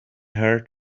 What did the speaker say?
her